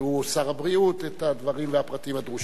שהוא שר הבריאות את הדברים והפרטים הדרושים.